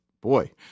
boy